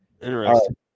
Interesting